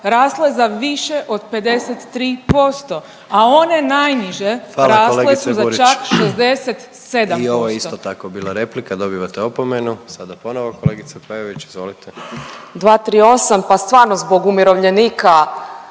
rasle za više od 53%, a one najniže rasle su za čak 67%.